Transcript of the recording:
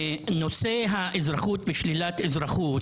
נושא האזרחות ושלילת אזרחות,